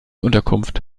unterkunft